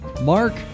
Mark